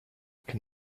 can